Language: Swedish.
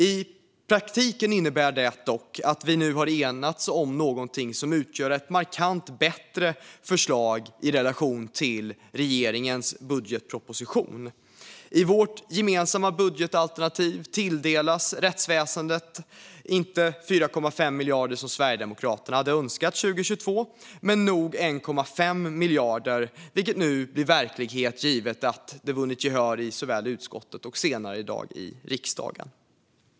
I praktiken innebär det dock att vi nu har enats om någonting som utgör ett markant bättre förslag i relation till regeringens budgetproposition. I vårt gemensamma budgetalternativ tilldelas rättsväsendet inte 4,5 miljarder som Sverigedemokraterna hade önskat 2022 men 1,5 miljarder, vilket nu blir verklighet givet att det vunnit gehör i såväl utskottet som senare i dag riksdagen.